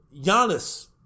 Giannis